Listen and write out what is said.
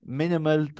minimal